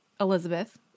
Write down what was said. Elizabeth